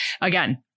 again